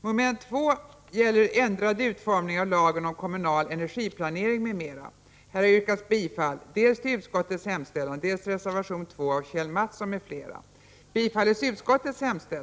Mom. 2 Utskottets hemställan bifölls med 237 röster mot 75 för reservation 2 av Kjell Mattsson m.fl. 1 ledamot avstod från att rösta.